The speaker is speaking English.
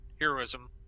heroism